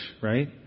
right